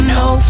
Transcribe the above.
no